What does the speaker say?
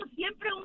siempre